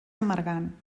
amargant